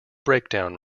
breakdown